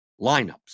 lineups